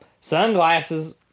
Sunglasses